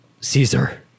Caesar